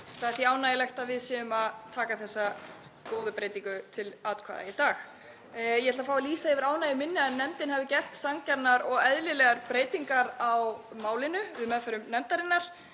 Það er því ánægjulegt að við séum að taka þessa góðu breytingu til atkvæða í dag. Ég ætla að fá að lýsa yfir ánægju minni með að nefndin hafi gert sanngjarnar og eðlilegar breytingar á málinu. Hér er ríkisstjórnin að